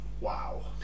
Wow